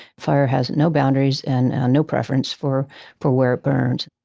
fire has no boundaries and no preference for for where it burns.